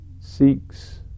seeks